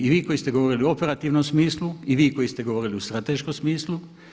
I vi koji ste govorili u operativnom smislu i vi koji ste govorili u strateškom smislu.